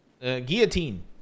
Guillotine